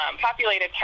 populated